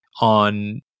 on